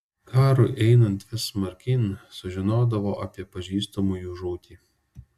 karui einant vis smarkyn sužinodavo apie pažįstamųjų žūtį